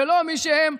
ולא עם מי שהם,